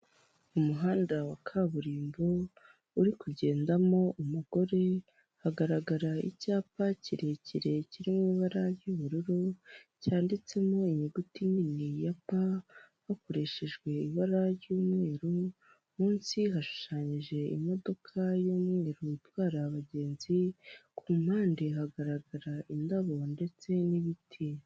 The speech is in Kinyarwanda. Umuhanda wa kaburimbo uri kugendamo umugore hagaragara icyapa kirekire kiri mu ibara ry'ubururu cyanditsemo inyuguti nini ya P hakoreshejwe ibara ry'umweru munsi hashushanyije imodoka y'umweru itwara abagenzi ku mpande hagaragara indabo ndetse n'ibiti .